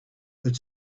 but